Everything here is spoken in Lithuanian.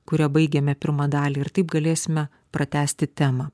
kuria baigiame pirmą dalį ir taip galėsime pratęsti temą